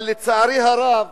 אבל לצערי הרב,